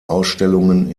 ausstellungen